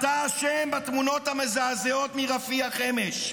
אתה אשם בתמונות המזעזעות מרפיח אמש,